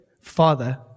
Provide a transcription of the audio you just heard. father